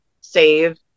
save